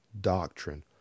doctrine